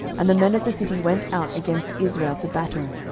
and the men of the city went out against israel to battle,